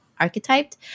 archetyped